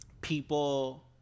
people